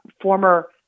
former